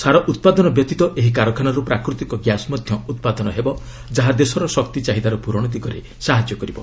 ସାର ଉତ୍ପାଦନ ବ୍ୟତୀତ ଏହି କାରଖାନାରୁ ପ୍ରାକୃତିକ ଗ୍ୟାସ୍ ମଧ୍ୟ ଉତ୍ପାଦନ ହେବ ଯାହା ଦେଶର ଶକ୍ତି ଚାହିଦାର ପୂରଣ ଦିଗରେ ସାହାଯ୍ୟ କରିବ